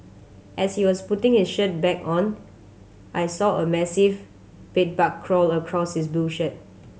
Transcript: as he was putting his shirt back on I saw a massive bed bug crawl across his blue shirt